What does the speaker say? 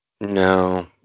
No